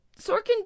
Sorkin